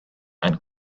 and